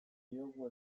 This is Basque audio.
diogu